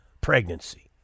pregnancy